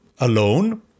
alone